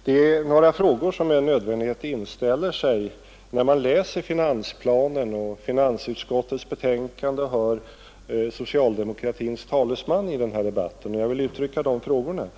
Herr talman! Det är några frågor som med nödvändighet inställer sig när man läser finansplanen och finansutskottets betänkande och hör socialdemokratins talesmän i den här debatten, och jag vill uttrycka de frågorna